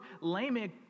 Lamech